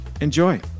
enjoy